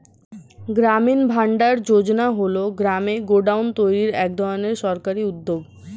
গ্রামীণ ভান্ডার যোজনা হল গ্রামে গোডাউন তৈরির এক ধরনের সরকারি উদ্যোগ